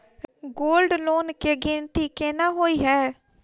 Gold loan केँ गिनती केना होइ हय?